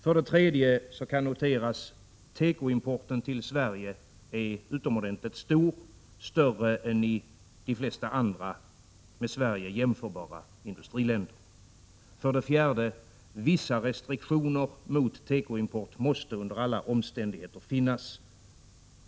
För det tredje kan noteras att tekoimporten till Sverige är utomordentligt stor, större än till de flesta andra med Sverige jämförbara industriländer. För det fjärde: Vissa restriktioner mot tekoimport måste under alla 49 omständigheter finnas.